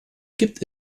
gibt